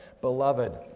Beloved